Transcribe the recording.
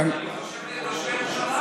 אני חושב על תושבי ירושלים,